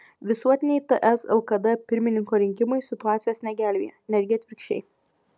visuotiniai ts lkd pirmininko rinkimai situacijos negelbėja netgi atvirkščiai